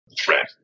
threat